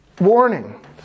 warning